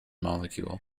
molecule